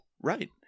Right